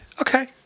Okay